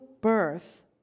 birth